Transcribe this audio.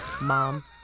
mom